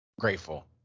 grateful